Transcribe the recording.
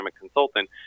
consultant